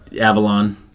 avalon